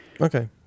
Okay